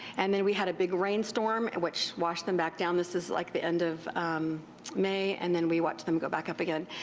and then we had a big rainstorm and which washed them back down, this is like the end of may, and then we watched them go back up again.